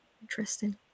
interesting